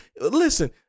listen